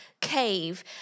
cave